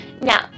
Now